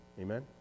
Amen